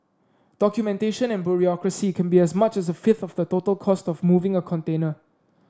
documentation and bureaucracy can be as much as a fifth of the total cost of moving a container